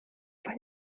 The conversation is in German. weil